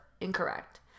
incorrect